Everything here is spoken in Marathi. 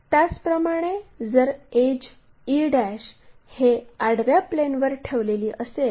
त्याचप्रमाणे जर एड्ज e हे आडव्या प्लेनवर ठेवलेली असेल